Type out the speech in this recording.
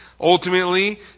ultimately